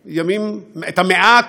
את המאה הקודמת,